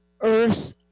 Earth